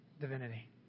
divinity